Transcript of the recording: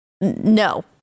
no